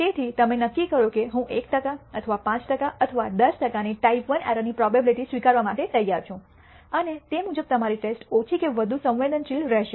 તેથી તમે નક્કી કરો કે હું 1 ટકા અથવા 5 ટકા અથવા 10 ટકાની ટાઈપ I એરર ની પ્રોબેબીલીટી સ્વીકારવા માટે તૈયાર છું અને તે મુજબ તમારી ટેસ્ટ ઓછી કે વધુ સંવેદનશીલ રહેશે